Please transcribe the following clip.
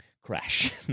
Crash